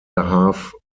half